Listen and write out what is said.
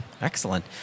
Excellent